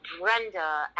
Brenda